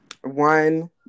one